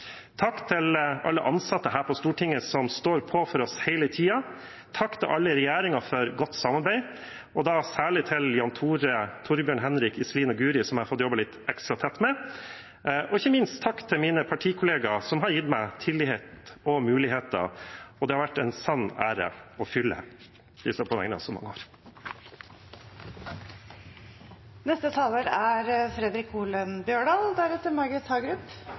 Takk til alle ansatte her på Stortinget, som står på for oss hele tiden. Takk til alle i regjeringen for godt samarbeid, og da særlig til Jan Tore Sanner, Torbjørn Røe Isaksen, Henrik Asheim, Iselin Nybø og Guri Melby, som jeg har fått jobbet litt ekstra tett med. Og ikke minst takk til mine partikollegaer, som har gitt meg tillit og muligheter. Det har vært en sann ære å følge disse i så mange år.